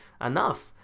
enough